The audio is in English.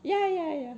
ya ya ya